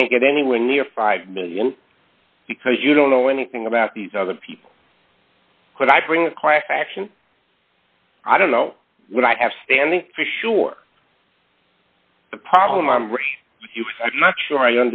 can't get anywhere near five million because you don't know anything about these other people could i bring a class action i don't know what i have standing for sure the problem i'm not sure i